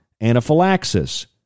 anaphylaxis